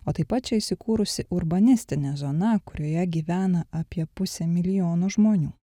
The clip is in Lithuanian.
o taip pat čia įsikūrusi urbanistinė zona kurioje gyvena apie pusė milijono žmonių